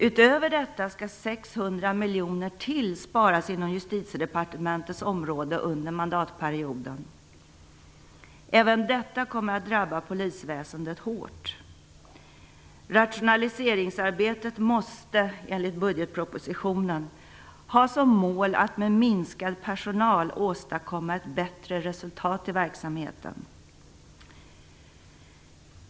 Utöver detta skall ytterligare 600 miljoner kronor sparas inom Justitiedepartementets område under mandatperioden. Även detta kommer att drabba polisväsendet hårt. Rationaliseringsarbetet måste, enligt budgetpropositionen, ha som mål att med minskad personal åstadkomma ett bättre resultat i verksamheten.